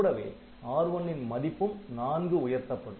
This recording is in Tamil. கூடவே R1 ன் மதிப்பும் 4 உயர்த்தப்படும்